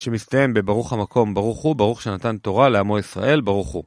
שמסתיים ב"ברוך המקום, ברוך הוא, ברוך שנתן תורה לעמו ישראל, ברוך הוא".